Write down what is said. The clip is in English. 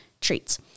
treats